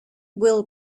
will